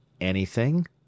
Anything